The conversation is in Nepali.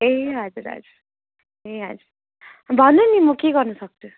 ए हजुर हजुर ए हजुर भन्नु नि म के गर्नु सक्छु